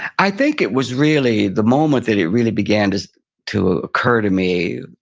i think it was really, the moment that it really began to to occur to me,